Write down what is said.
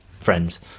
friends